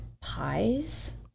pies